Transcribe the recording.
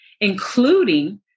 including